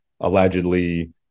allegedly